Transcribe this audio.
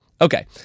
Okay